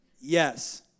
Yes